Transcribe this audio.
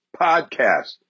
podcast